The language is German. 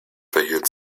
verhielt